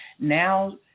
Now